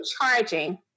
charging